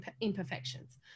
imperfections